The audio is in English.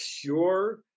pure